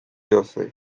jose